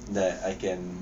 that I can